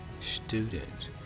students